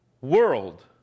world